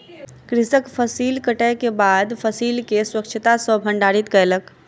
कृषक फसिल कटै के बाद फसिल के स्वच्छता सॅ भंडारित कयलक